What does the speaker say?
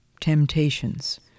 temptations